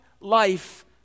life